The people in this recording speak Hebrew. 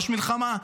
יש מלחמה,